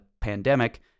pandemic